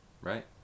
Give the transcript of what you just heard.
Right